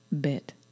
bit